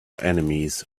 enemies